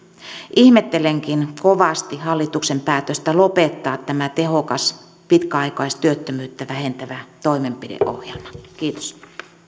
ihmettelenkin kovasti hallituksen päätöstä lopettaa tämä tehokas pitkäaikaistyöttömyyttä vähentävä toimenpideohjelma kiitos